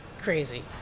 crazy